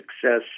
success